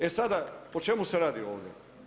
E sada o čemu se radi ovdje?